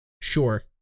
Sure